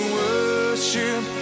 worship